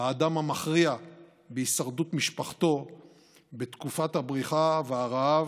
והאדם המכריע בהישרדות משפחתו בתקופת הבריחה והרעב,